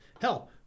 hell